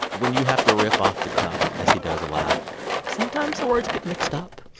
when you have to riff off the cuff as he does a lot sometimes, the words get mixed up.